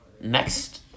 Next